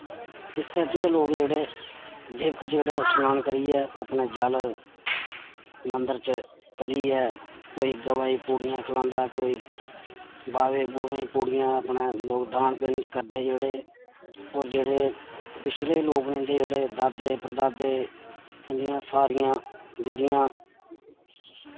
इस्सै च गै लोग जेह्ड़े देवक जेह्ड़े शनान करियै अपने जल मंदर च करियै कोई गवै गी पूड़ियां खलांदा कोई बावे बूवें गी पूड़ियां अपना दान पिंड करदे जेह्ड़े होर जेह्ड़े पिछले लोक न इं'दे जेह्ड़े दादे परदादे इंदियां सारियां जेह्ड़ियां